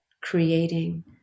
creating